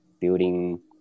building